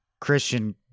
Christian